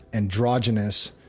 androgynous,